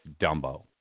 Dumbo